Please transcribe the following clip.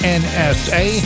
nsa